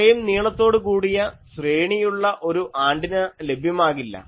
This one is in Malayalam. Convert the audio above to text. അത്രയും നീളത്തോട് കൂടിയ ശ്രേണിയുള്ള ഒരു ആൻറിന ലഭ്യമാകില്ല